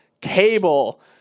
Cable